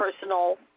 personal